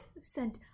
sent